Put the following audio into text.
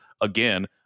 again